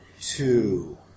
two